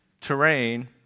terrain